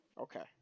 Okay